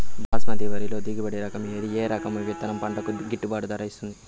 బాస్మతి వరిలో దిగుబడి రకము ఏది ఏ రకము విత్తనం పంటకు గిట్టుబాటు ధర ఇస్తుంది